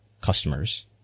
customers